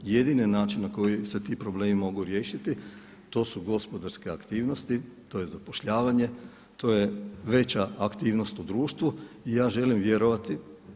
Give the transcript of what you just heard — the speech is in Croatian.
Jedini način na koji se ti problemi mogu riješiti to su gospodarske aktivnosti, to je zapošljavanje, to je veća aktivnost u društvu i ja želim vjerovati.